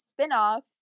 spin-off